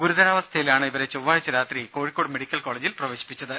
ഗുരുതരാവസ്ഥയിലാണ് ഇവരെ ചൊവാഴ്ച രാത്രി കോഴിക്കോട് മെഡിക്കൽ കോളെജിൽ പ്രവേശിപ്പിച്ചത്